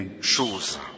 choses